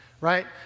right